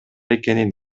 экенин